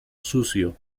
sucio